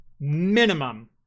minimum